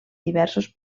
diversos